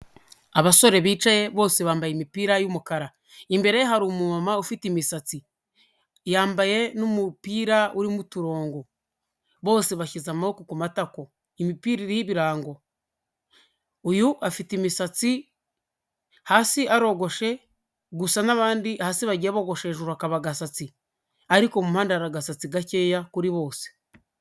Abasore bicaye bose bambaye imipira y'umukara, imbere ye hari umuntu ufite imisatsi, yambaye n'umupira urimo uturongo, bose bashyize amaboko ku matako, imipira iriho ibirango, uyu afite imisatsi hasi arogoshe gusa n'abandi hasi bagiye bogoshe hejuru hakaba agasatsi, ariko mu mpande hari agasatsi gakeya kuri bose.